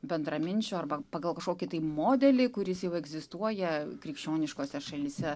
bendraminčių arba pagal kažkokį tai modelį kuris jau egzistuoja krikščioniškose šalyse